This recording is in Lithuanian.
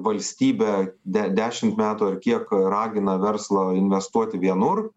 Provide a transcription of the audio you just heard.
valstybė de dešimt metų ar kiek ragina verslą investuoti vienur